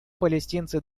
палестинцы